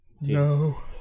No